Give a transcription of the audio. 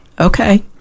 Okay